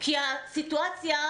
כי הסיטואציה,